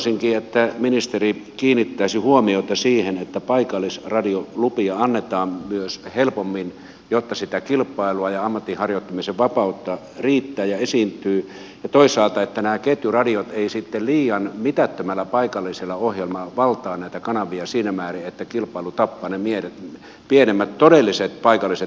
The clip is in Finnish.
toivoisinkin että ministeri kiinnittäisi huomiota siihen että paikallisradiolupia myös annetaan helpommin jotta sitä kilpailua ja ammatinharjoittamisen vapautta riittää ja esiintyy ja toisaalta että nämä ketjuradiot eivät sitten liian mitättömällä paikallisella ohjelmalla valtaa näitä kanavia siinä määrin että kilpailu tappaa ne pienemmät todelliset paikalliset radiot